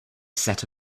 set